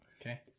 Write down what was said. Okay